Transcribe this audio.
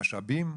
אמן.